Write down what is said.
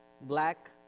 black